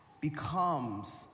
becomes